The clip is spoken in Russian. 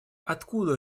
откуда